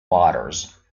waters